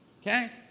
okay